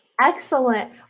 Excellent